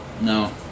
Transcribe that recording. No